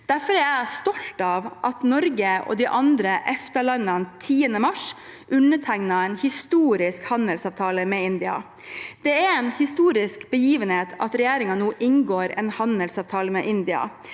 Derfor er jeg stolt av at Norge og de andre EFTA-landene 10. mars undertegnet en historisk handelsavtale med India. Det er en historisk begivenhet at regjeringen nå inngår en handelsavtale med India.